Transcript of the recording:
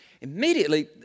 Immediately